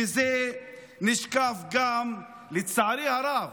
וזה השתקף גם, לצערי הרב,